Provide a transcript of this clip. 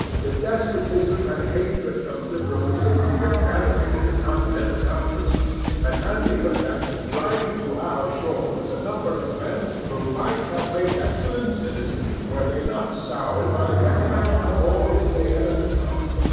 the despotism and hatred of liberalism which animated the continental governments had had the effect of driving to our shores a number of men who might have made excellent citizens were they not soured by the recollection of all that they had undergone.